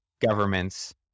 governments